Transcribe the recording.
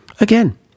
Again